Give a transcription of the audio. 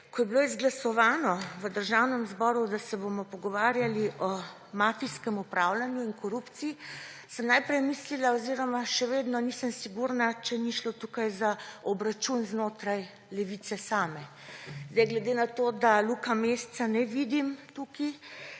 Ko je bilo izglasovano v Državnem zboru, da se bomo pogovarjali o mafijskemu upravljanju in korupciji, sem najprej mislila oziroma še vedno nisem sigurna, če ni šlo tukaj za obračun znotraj levice same. Glede na to, da Luka Mesca ne vidim tukaj